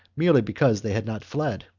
merely because they had not fled.